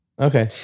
Okay